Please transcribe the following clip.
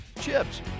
chips